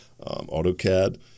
AutoCAD